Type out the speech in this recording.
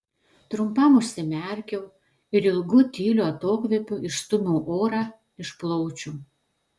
trumpam užsimerkiau ir ilgu tyliu atokvėpiu išstūmiau orą iš plaučių